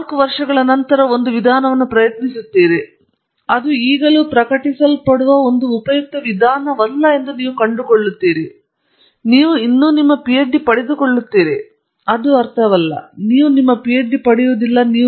ಕೆಲವೊಮ್ಮೆ ನೀವು ನಾಲ್ಕು ವರ್ಷಗಳ ನಂತರ ಒಂದು ವಿಧಾನವನ್ನು ಪ್ರಯತ್ನಿಸುತ್ತೀರಿ ಅದು ಈಗಲೂ ಪ್ರಕಟಿಸಲ್ಪಡುವ ಒಂದು ಉಪಯುಕ್ತ ವಿಧಾನವಲ್ಲ ಎಂದು ನೀವು ಕಂಡುಕೊಳ್ಳುತ್ತೀರಿ ನೀವು ಇನ್ನೂ ನಿಮ್ಮ ಪಿಎಚ್ಡಿ ಪಡೆದುಕೊಳ್ಳುತ್ತೀರಿ ಅದು ಅರ್ಥವಲ್ಲ ನೀವು ನಿಮ್ಮ ಪಿಎಚ್ಡಿ ಪಡೆಯುವುದಿಲ್ಲ